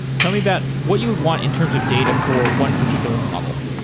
tell me that what you would want in terms of data for one particular model.